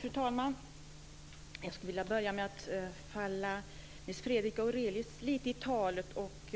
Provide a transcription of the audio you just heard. Fru talman! Jag skulle vilja börja med att falla Nils Fredrik Aurelius lite i talet och